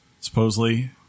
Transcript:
Supposedly